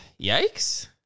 Yikes